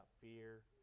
fear